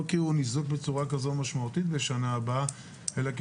לא כי הוא ניזוק בצורה כזו משמעותית בשנה הבאה אלא כי